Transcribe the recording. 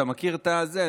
אתה מכיר את זה.